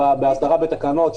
בהסדרה בתקנות,